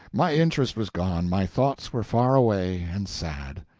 my interest was gone, my thoughts were far away, and sad.